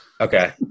Okay